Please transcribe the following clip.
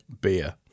beer